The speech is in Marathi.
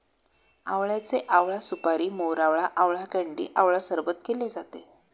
आवळ्याचे आवळा सुपारी, मोरावळा, आवळा कँडी आवळा सरबत केले जाते